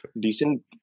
decent